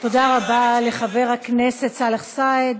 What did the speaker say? תודה רבה לחבר הכנסת סאלח סעד.